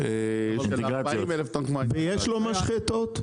ויש לו משחטות?